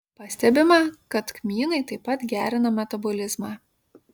pastebima kad kmynai taip pat gerina metabolizmą